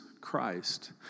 Christ